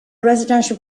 residential